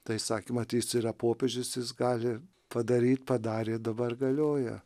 tą įsakymą tai jis yra popiežius jis gali padaryt padarė dabar galioja